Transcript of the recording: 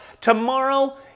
tomorrow